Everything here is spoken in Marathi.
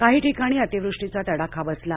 काही ठिकाणी अति वृष्टीचा तडाखा बसला